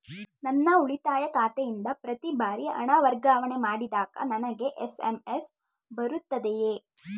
ನನ್ನ ಉಳಿತಾಯ ಖಾತೆಯಿಂದ ಪ್ರತಿ ಬಾರಿ ಹಣ ವರ್ಗಾವಣೆ ಮಾಡಿದಾಗ ನನಗೆ ಎಸ್.ಎಂ.ಎಸ್ ಬರುತ್ತದೆಯೇ?